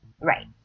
Right